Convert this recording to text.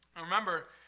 Remember